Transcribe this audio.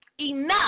enough